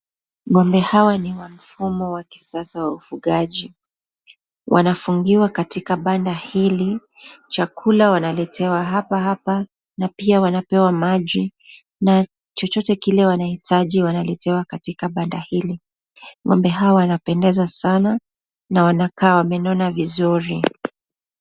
Ng'ombe Hawa ni wa mfumo wa kisasa wa ufugaji, wanafungiwa katika banda hili, chakula wanaletewa hapa hapa na pia wanapewa maji na chochote kile wanaitaji wanaletewa katika banda hili. Ng'ombe Hawa wanapendeza sana na wana kaa wamenona vizuri.